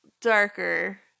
darker